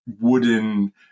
wooden